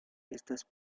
estas